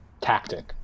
tactic